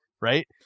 right